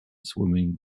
swimming